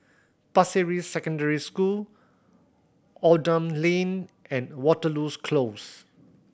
Pasir Ris Secondary School Oldham Lane and Waterloo's Close